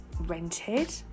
rented